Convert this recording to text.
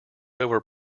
over